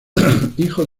hijo